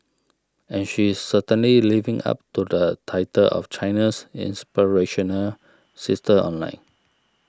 and she is certainly living up to the title of China's inspirational sister online